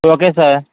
okay sir